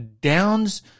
Down's